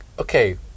okay